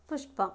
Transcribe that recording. ಪುಷ್ಪ